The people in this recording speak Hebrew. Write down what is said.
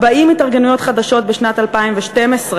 40 התארגנויות חדשות בשנת 2012,